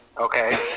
Okay